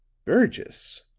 burgess,